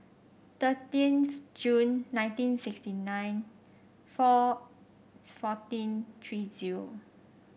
thirteenth Junly nineteen sixty nine four fourteen three zero